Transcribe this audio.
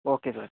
okay sir